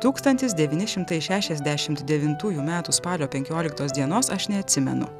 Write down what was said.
tūkstantis devyni šimtai šešiasdešimt devintųjų metų spalio penkioliktos dienos aš neatsimenu